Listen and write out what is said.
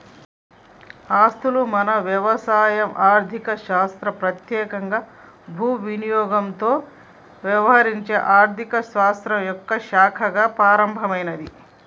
అసలు మన వ్యవసాయం ఆర్థిక శాస్త్రం పెత్యేకంగా భూ వినియోగంతో యవహరించే ఆర్థిక శాస్త్రం యొక్క శాఖగా ప్రారంభమైంది